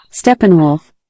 Steppenwolf